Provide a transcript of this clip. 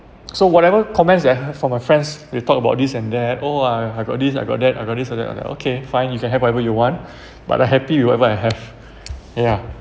so whatever comments that I've heard from my friends they talk about this and that oh ah I got this I got that I got this I got that I'm like okay fine you can have whatever you want but I happy with whatever I have ya